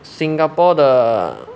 singapore the